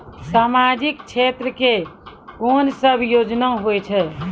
समाजिक क्षेत्र के कोन सब योजना होय छै?